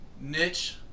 Niche